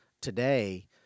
today